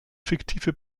fiktive